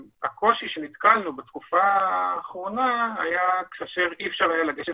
הקושי בו נתקלנו בתקופה האחרונה היה כאשר אי אפשר היה לגשת